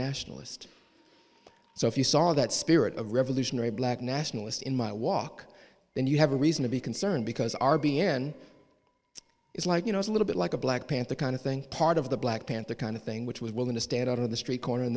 nationalist so if you saw that spirit of revolutionary black nationalist in my walk then you have a reason to be concerned because our b n is like you know it's a little bit like a black panther kind of thing part of the black panther kind of thing which was willing to stand out on the street corner